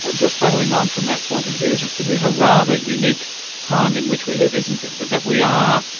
ah just following on from that point, it is it is a rather unique time in which we live, isn't it, that that we are,